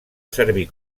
servir